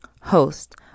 host